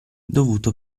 dovuto